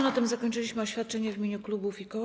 Na tym zakończyliśmy oświadczenia w imieniu klubów i koła.